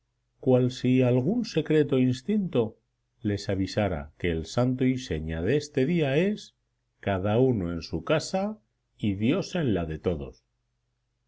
cual si algún secreto instinto les avisara que el santo y seña de este día es cada uno en su casa y dios en la de todos